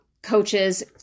Coaches